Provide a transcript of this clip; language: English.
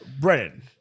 Brennan